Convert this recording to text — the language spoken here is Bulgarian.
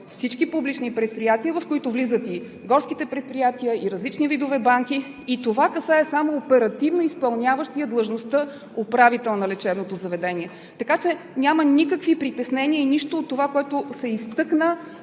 всички публични предприятия, в които влизат и горските предприятия, и различни видове банки. Това касае само оперативно изпълняващия длъжността управител на лечебното заведение. Така че няма никакви притеснения и нищо от това, което се изтъкна,